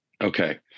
Okay